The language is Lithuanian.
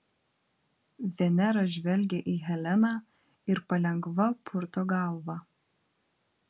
venera žvelgia į heleną ir palengva purto galvą